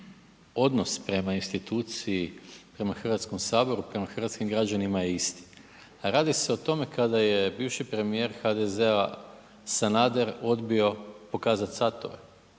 odnos prema instituciji, prema Hrvatskom saboru, prema hrvatskim građanima je isti. Radi se o tome kada je bivši premijer HDZ-a Sanader odbio pokazati satove,